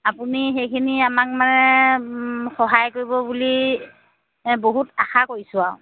আপুনি সেইখিনি আমাক মানে সহায় কৰিব বুলি বহুত আশা কৰিছোঁ আৰু